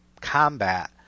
combat